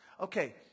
okay